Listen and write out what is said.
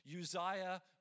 Uzziah